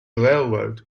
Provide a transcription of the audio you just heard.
railroad